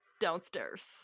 downstairs